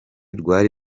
rwari